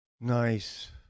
nice